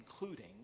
including